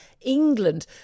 England